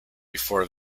before